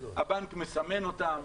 הבנק מסמן אותם,